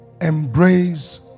embrace